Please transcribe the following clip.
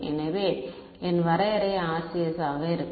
எனவே என் வரையறை RCS ஆக இருக்கும்